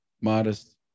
modest